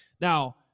Now